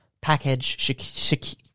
package